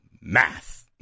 math